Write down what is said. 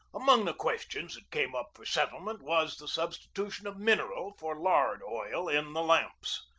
among the questions that came up for settlement was the substitution of mineral for lard oil in the lamps.